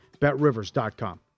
betrivers.com